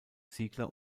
ziegler